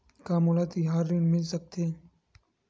का मोला तिहार ऋण मिल सकथे?